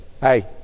hey